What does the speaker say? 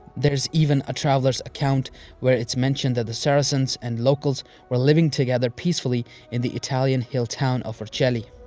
there's even a traveller's account where it's mentioned that the saracens and locals were living together peacefully in the italian hilltown of vercelli.